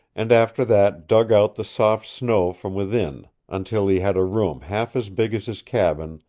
and after that dug out the soft snow from within until he had a room half as big as his cabin,